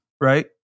right